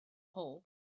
hole